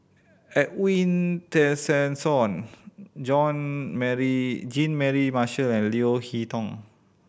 Edwin Tessensohn John Mary Jean Mary Marshall and Leo Hee Tong